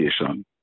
Education